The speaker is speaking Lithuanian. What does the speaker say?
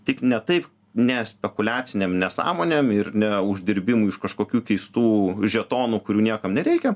tik ne taip ne spekuliacinėm nesąmonėm ir ne uždirbimui iš kažkokių keistų žetonų kurių niekam nereikia